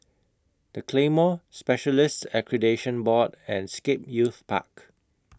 The Claymore Specialists Accreditation Board and Scape Youth Park